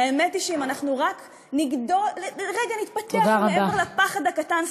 האמת היא שאם אנחנו רק רגע נתפתח מעבר לפחד הקטן,